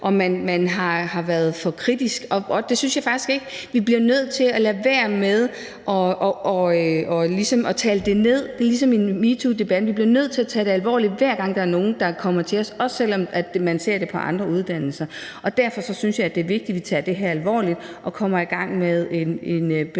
om man har været for kritisk. Det synes jeg faktisk ikke. Vi bliver nødt til at lade være med ligesom at tale det ned. Det er ligesom i metoodebatten: Vi bliver nødt til at tage det alvorligt, hver gang der er nogle, der kommer til os, også selv om man ser det på andre uddannelser. Derfor synes jeg, det er vigtigt, at vi tager det her alvorligt og kommer i gang med at få en